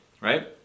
right